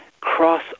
cross